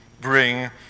bring